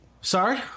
Sorry